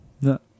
No